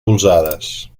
polzades